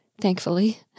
thankfully